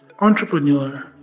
entrepreneur